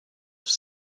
have